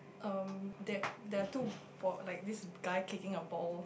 uh that there are two boy like this guy kicking a ball